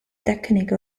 tecniche